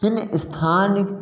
हिन स्थान